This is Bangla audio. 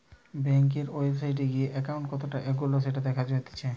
বেংকের ওয়েবসাইটে গিয়ে একাউন্ট কতটা এগোলো সেটা দেখা জাতিচ্চে